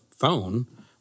phone